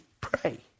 pray